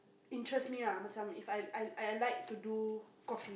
interest me lah machiam If I I I like to do coffee